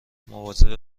مواظب